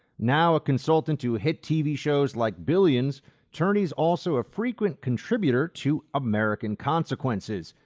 now a consultant to hit tv shows like billions, turney is also a frequent contributor to american consequences.